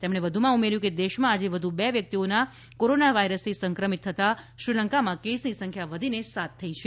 તેમણે વધુમાં ઉમેર્યું કે દેશમાં આજે વધુ બે વ્યક્તિઓના કોરોના વાયરસથી સંક્રમિત થતાં શ્રીલંકામાં કેસની સંખ્યા વધીની સાત થઇ છે